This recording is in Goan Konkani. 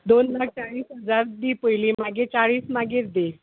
दोन लाख चाळीस हजार दी पयली मागीर चाळीस मागीर दी